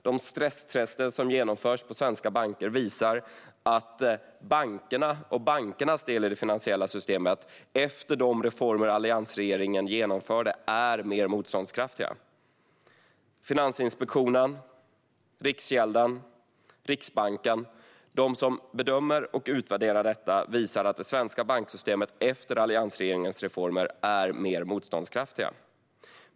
De stresstester som genomförs på svenska banker visar att bankernas del i det finansiella systemet efter de reformer som alliansregeringen genomförde är mer motståndskraftiga. Finansinspektionen, Riksgälden, Riksbanken - de som bedömer och utvärderar detta - visar att det svenska banksystemet efter alliansregeringens reformer är mer motståndskraftiga.